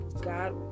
god